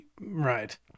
Right